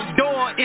door